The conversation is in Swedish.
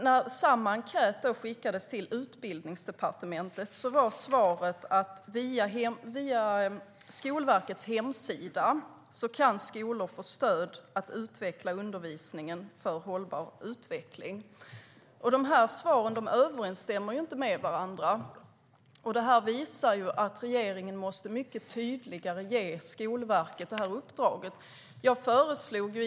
När samma enkät skickades till Utbildningsdepartementet var svaret att skolor kan få stöd i att utveckla undervisningen för hållbar utveckling via Skolverkets hemsida. Svaren överensstämmer inte med varandra vilket visar att regeringen måste ge Skolverket uppdraget på ett mycket tydligare sätt.